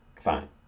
Fine